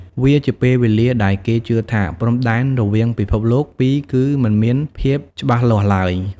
វាជាពេលវេលាដែលគេជឿថាព្រំដែនរវាងពិភពលោកពីរគឺមិនមានភាពច្បាស់លាស់ឡើយ។